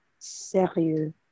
sérieux